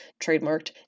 trademarked